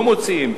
לא מוציאים.